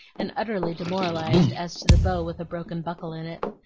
and utterly demoralized as to the bow with a broken buckle in it.